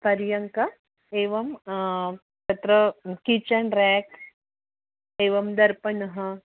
पर्यङ्कः एवं तत्र किचन् रेक् एवं दर्पणम्